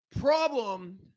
problem